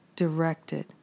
directed